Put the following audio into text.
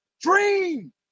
dream